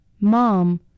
Mom